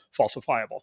falsifiable